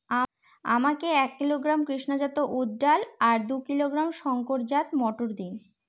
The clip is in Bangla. আমাকে এক কিলোগ্রাম কৃষ্ণা জাত উর্দ ডাল আর দু কিলোগ্রাম শঙ্কর জাত মোটর দিন?